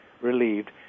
relieved